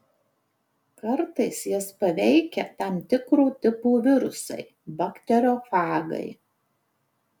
kartais jas paveikia tam tikro tipo virusai bakteriofagai